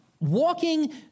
Walking